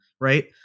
Right